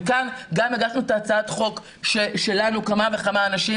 וכאן גם הגשנו את הצעת החוק שלנו כמה וכה אנשים,